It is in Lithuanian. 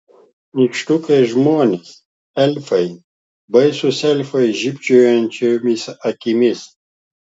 nykštukai žmonės elfai baisūs elfai žibančiomis akimis